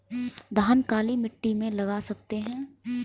धान काली मिट्टी में लगा सकते हैं?